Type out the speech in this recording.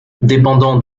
dépendant